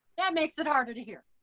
that makes it harder to hear.